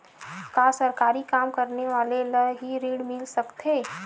का सरकारी काम करने वाले ल हि ऋण मिल सकथे?